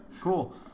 Cool